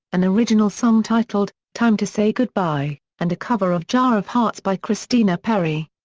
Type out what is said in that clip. an original song titled, time to say goodbye and a cover of jar of hearts by christina perri.